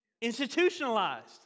institutionalized